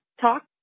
talk